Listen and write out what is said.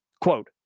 quote